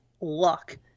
luck